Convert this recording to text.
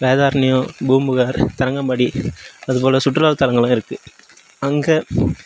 வேதாரணியோம் பூம்புகார் தரங்கம்பாடி அதுபோல் சுற்றுலா தலங்களும் இருக்கு அங்கே